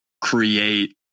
create